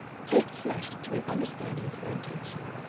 capes flashed to an understanding of her intention,